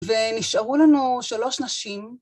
ו... נשארו לנו שלוש נשים...